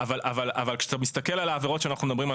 אבל כשאתה מסתכל על העבירות שאנחנו מדברים עליהם,